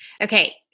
Okay